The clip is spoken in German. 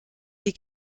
die